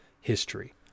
history